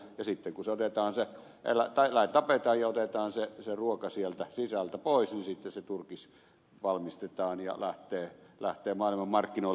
sitten kun se eläin tapetaan ja otetaan se ruoka sieltä sisältä pois niin sitten se turkis valmistetaan ja se lähtee maailmanmarkkinoille